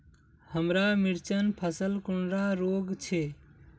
हमार मिर्चन फसल कुंडा रोग छै?